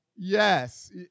Yes